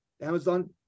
Amazon